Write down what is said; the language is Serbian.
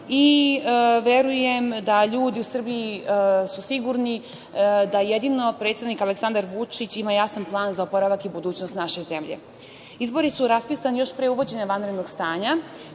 i verujem da su ljudi u Srbiji sigurni da jedino predsednik Aleksandar Vučić ima jasan plan za oporavak i budućnost naše zemlje. Izvori su raspisani još pre uvođenja vanrednog stanja